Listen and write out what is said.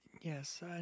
Yes